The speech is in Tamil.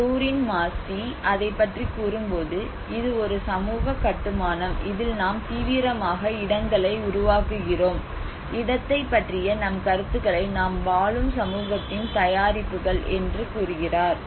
டோரீன் மாஸ்ஸி அதை பற்றிக் கூறும்போது இது ஒரு சமூக கட்டுமானம் இதில் நாம் தீவிரமாக இடங்களை உருவாக்குகிறோம் இடத்தைப் பற்றிய நம் கருத்துக்கள் நாம் வாழும் சமூகத்தின் தயாரிப்புகள் என்று கூறுகிறார்